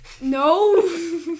No